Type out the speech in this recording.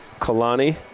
Kalani